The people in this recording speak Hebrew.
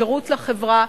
שירות לחברה,